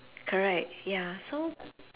correct ya so